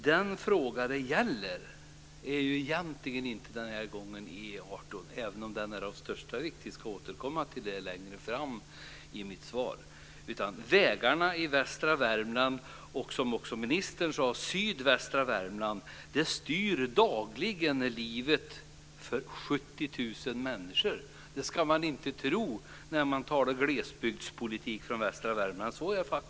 Den här gången gäller det inte E 18 även om den vägen är av största vikt. Jag ska återkomma till det längre fram. Vägarna i sydvästra Värmland styr dagligen livet för 70 000 människor. Det skulle man kanske inte tro när man talar om glesbygdspolitik i västra Värmland.